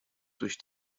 durch